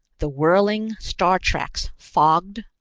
the whirling star-tracks fogged,